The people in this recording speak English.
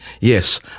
Yes